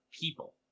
people